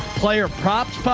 player, props,